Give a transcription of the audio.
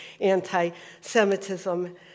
anti-Semitism